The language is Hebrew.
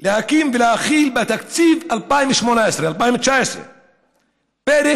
להכיל בתקציב 2018 2019 פרק